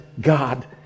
God